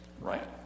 right